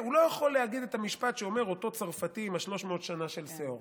הוא לא יכול להגיד את המשפט שאומר אותו צרפתי עם ה-300 שנה של שאור.